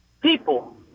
people